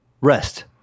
Rest